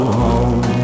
home